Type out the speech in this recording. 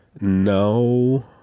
no